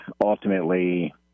ultimately